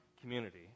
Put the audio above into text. community